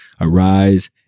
Arise